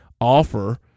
offer